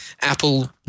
Apple